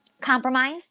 compromise